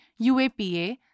UAPA